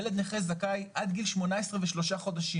ילד נכה זכאי עד גיל 18 ושלושה חודשים.